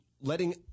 letting